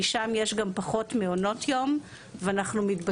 כי שם יש גם פחות מעונות יום ואנחנו מתבססים